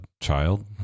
child